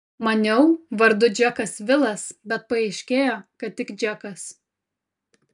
maniau vardu džekas vilas bet paaiškėjo kad tik džekas